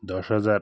দশ হাজার